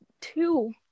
two